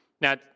Now